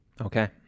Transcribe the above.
okay